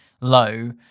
low